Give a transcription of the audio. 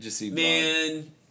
Man